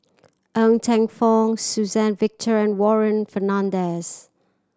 Ng Teng Fong Suzann Victor and Warren Fernandez